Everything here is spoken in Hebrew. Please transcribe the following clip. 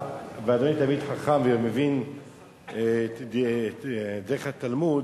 "צו" ואדוני תלמיד חכם ומבין את דרך התלמוד,